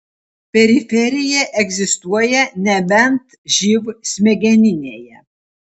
periferija egzistuoja nebent živ smegeninėje